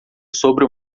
sobre